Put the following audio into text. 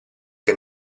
che